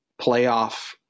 playoff